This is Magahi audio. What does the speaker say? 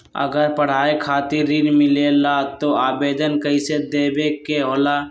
अगर पढ़ाई खातीर ऋण मिले ला त आवेदन कईसे देवे के होला?